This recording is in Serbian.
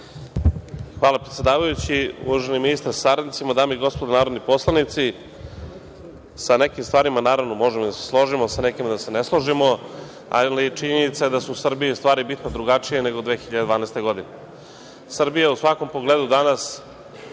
Hvala, predsedavajući. Uvaženi ministre sa saradnicima, dame i gospodo narodni poslanici, sa nekim stvarima, naravno, možemo da se složimo, sa nekima da se ne složimo, ali je činjenica da su u Srbiji stvari bitno drugačije nego 2012. godine. Srbija u svakom pogledu danas